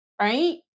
right